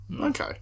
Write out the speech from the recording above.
okay